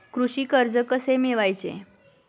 कृषी कर्ज कसे मिळवायचे?